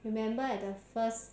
remember at the first